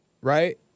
right